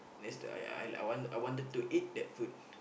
that's the I I I I wanted to eat that food